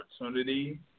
opportunity